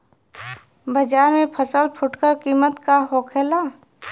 बाजार में फसल के फुटकर कीमत का होखेला?